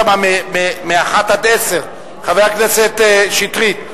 חבר הכנסת שטרית,